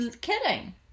kidding